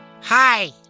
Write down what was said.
Hi